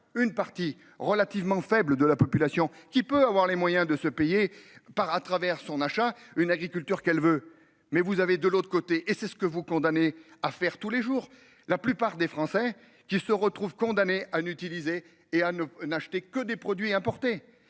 une partie relativement faible de la population qui peut avoir les moyens de se payer par, à travers son achat une agriculture qu'elle veut. Mais vous avez de l'autre côté et c'est ce que vous condamnez à faire tous les jours, la plupart des Français qui se retrouvent condamnés à n'utiliser et à ne n'acheter que des produits importés